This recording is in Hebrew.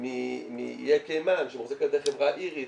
מאיי קיימן שמוחזקת על ידי חברה אירית